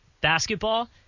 basketball –